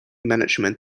management